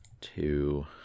two